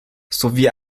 sowie